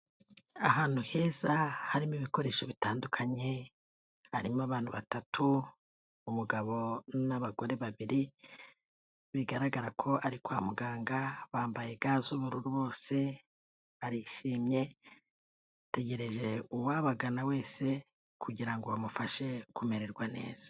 Ahantu heza harimo ibikoresho bitandukanye, harimo abantu batatu: umugabo n'abagore babiri bigaragara ko ari kwa muganga, bambaye ga z'ubururu bose barishimye, bategereje uwabagana wese kugira ngo bamufashe kumererwa neza.